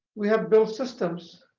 we have built systems